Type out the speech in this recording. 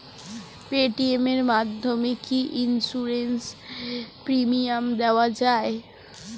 Paytm এর মাধ্যমে কি ইন্সুরেন্স প্রিমিয়াম দেওয়া যায়?